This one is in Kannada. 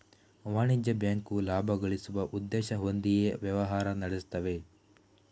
ವಾಣಿಜ್ಯ ಬ್ಯಾಂಕು ಲಾಭ ಗಳಿಸುವ ಉದ್ದೇಶ ಹೊಂದಿಯೇ ವ್ಯವಹಾರ ನಡೆಸ್ತವೆ